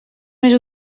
més